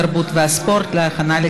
התרבות והספורט נתקבלה.